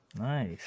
Nice